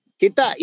kita